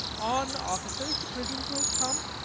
on, officer, to prison till it come.